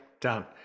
Done